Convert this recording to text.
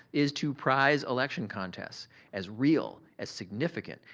is to prize election contests as real, as significant,